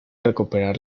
recuperar